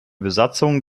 besatzung